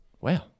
Wow